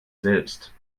selbst